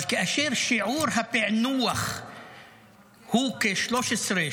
אבל כאשר שיעור הפענוח הוא כ-12% 13%,